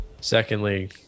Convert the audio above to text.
Secondly